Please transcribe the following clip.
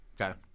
Okay